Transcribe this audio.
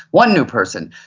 one new person.